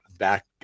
Back